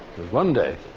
one day,